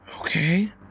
Okay